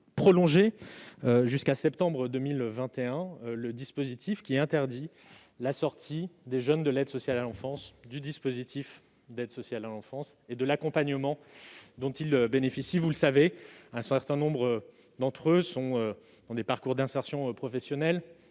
proroger jusqu'à septembre 2021 le dispositif qui interdit la sortie des jeunes de l'aide sociale à l'enfance pour ne pas les priver de l'accompagnement dont ils bénéficient. Un certain nombre d'entre eux sont dans des parcours d'insertion professionnelle-